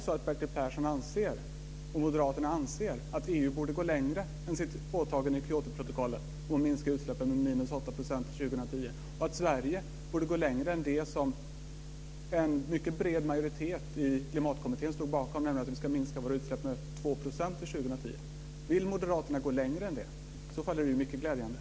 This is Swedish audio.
Anser Bertil Persson och moderaterna att EU borde gå längre än sitt åtagande i Kyotoprotokollet och minska utsläppen med 8 % till år 2010 och att Sverige borde gå längre än det som en bred majoritet i Klimatkommittén stod bakom, nämligen att minska våra utsläpp med 2 % till 2010? Det är mycket glädjande om moderaterna vill gå längre än så.